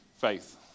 faith